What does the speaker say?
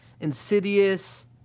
Insidious